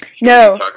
no